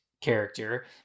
character